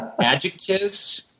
adjectives